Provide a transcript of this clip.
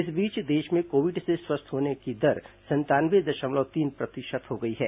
इस बीच देश में कोविड से स्वस्थ होने की दर संतानवे दशमलव तीन प्रतिशत हो गई है